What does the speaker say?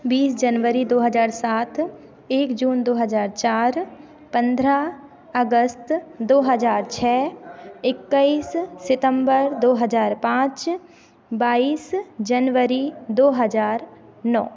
बीस जनवरी दो हज़ार सात एक जून दो हज़ार चार पन्द्रह अगस्त दो हज़ार छः इक्कीस सितम्बर दो हज़ार पाँच बाईस जनवरी दो हज़ार नौ